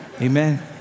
amen